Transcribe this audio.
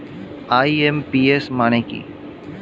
IMPS মানে কি?